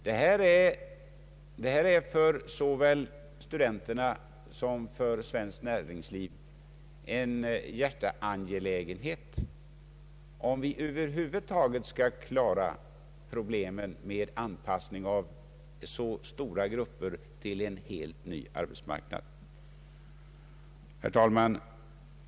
Denna fråga är för såväl studenterna som för svenskt näringsliv en hjärteangelägenhet, om vi över huvud taget skall klara problemen med anpassning av så stora grupper till en helt ny arbetsmarknad. Herr talman!